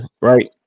Right